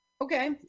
Okay